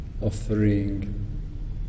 offering